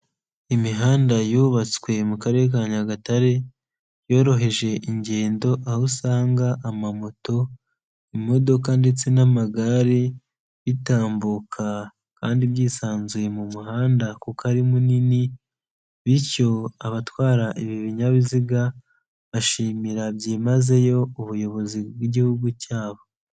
Imihanda yubatswe mu Karere ka Nyagatare, yoroheje ingendo, aho usanga amamoto, imodoka, ndetse n'amagare, bitambuka, kandi byisanzuye mu muhanda, kuko ari munini, bityo abatwara ibi binyabiziga bashimira byimazeyo ubuyobozi bw'Igihugu cyabo.